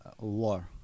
war